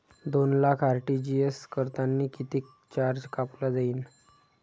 दोन लाख आर.टी.जी.एस करतांनी कितीक चार्ज कापला जाईन?